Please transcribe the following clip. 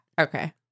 Okay